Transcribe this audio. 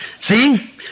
see